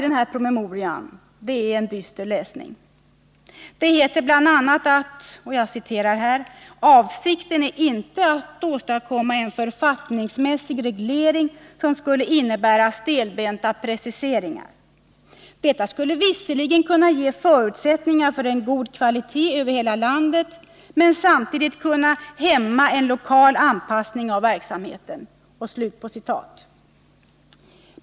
Den är en dyster läsning. Det heter bl.a.: Avsikten är inte att åstadkomma en författningsmässig reglering som skulle kunna innebära stelbenta preciseringar. Detta skulle visserligen kunna ge förutsättningar för en god kvalitet över hela landet, men samtidigt kunna hämma en lokal anpassning av verkligheten.